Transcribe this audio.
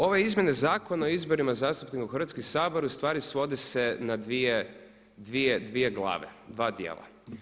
Ove izmjene Zakona o izborima zastupnika u Hrvatski sabor ustvari svode se na dvije glave, dva dijela.